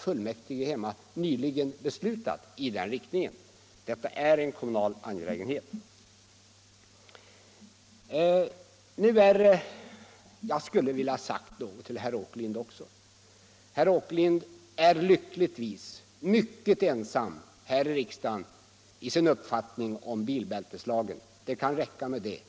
Fullmäktige där hemma har nyligen beslutat i den riktningen. Detta är en kommunal angelägenhet. Jag skulle vilja säga något till herr Åkerlind också. Han är lyckligtvis mycket ensam här i riksdagen i sin uppfattning om bilbälteslagen. Det kan räcka med det.